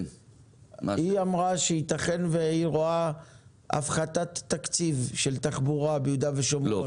היא אמרה שייתכן והיא רואה הפחתת תקציב של תחבורה ביהודה ושומרון.